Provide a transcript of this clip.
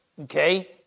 Okay